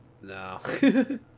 No